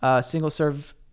single-serve